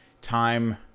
time